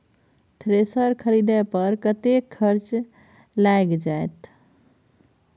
Thresher खरीदे पर कतेक खर्च लाईग जाईत?